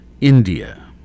India